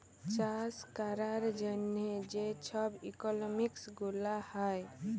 চাষ ক্যরার জ্যনহে যে ছব ইকলমিক্স গুলা হ্যয়